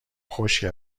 خشکه